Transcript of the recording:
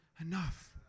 enough